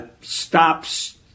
stops